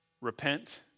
Repent